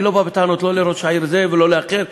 אני לא בא בטענות לא לראש העיר זה ולא לאחר,